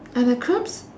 ah the clocks